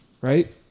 Right